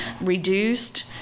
reduced